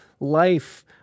life